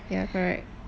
ya correct